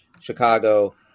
Chicago